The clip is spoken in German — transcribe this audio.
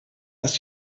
ist